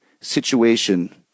situation